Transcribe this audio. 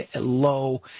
Low